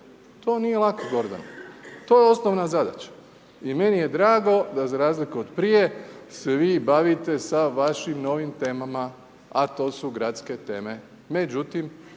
to nije lako Gordane, to je osnovna zadaća. I meni je drago da za razliku od prije se vi bavite sa vašim novim temama a to su gradske teme.